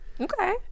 Okay